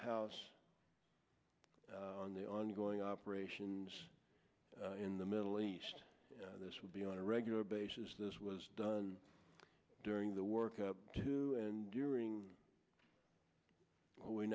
house on the ongoing operations in the middle east this will be on a regular basis this was done during the work up to and during we